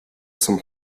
zum